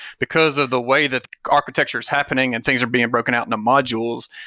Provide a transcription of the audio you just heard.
because of the way that architecture is happening and things are being broken out into modules,